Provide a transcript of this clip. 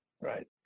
Right